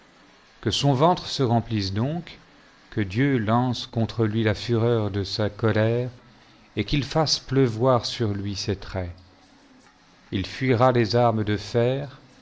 que son ventre se remplisse donc qiq dieu lance contre lui la fureur de sa colère et qu'il fasse pleuvoir sur lui ses traits il fuira les armes de fer